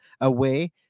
away